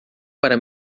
para